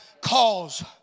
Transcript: Cause